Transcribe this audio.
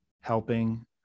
helping